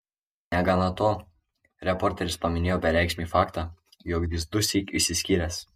negana to reporteris paminėjo bereikšmį faktą jog jis dusyk išsiskyręs